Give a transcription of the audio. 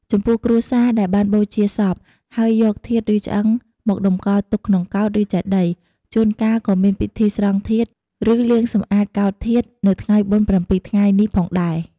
ចំពោះគ្រួសារដែលបានបូជាសព ហើយយក ធាតុឬឆ្អឹង មកតម្កល់ទុកក្នុងកោដ្ឋ ឬចេតិយ ជួនកាលក៏មានពិធី ស្រង់ធាតុ ឬ លាងសម្អាតកោដ្ឋធាតុ នៅថ្ងៃបុណ្យប្រាំពីរថ្ងៃនេះផងដែរ។